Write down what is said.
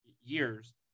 years